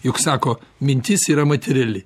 juk sako mintis yra materiali